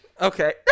Okay